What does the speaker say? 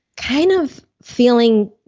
kind of feeling,